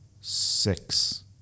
six